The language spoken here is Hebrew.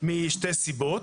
משתי סיבות.